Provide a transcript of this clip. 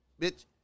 Bitch